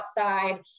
outside